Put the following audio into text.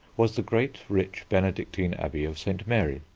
was the great, rich benedictine abbey of st. mary,